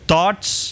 Thoughts